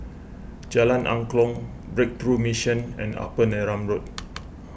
Jalan Angklong Breakthrough Mission and Upper Neram Road